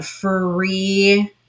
free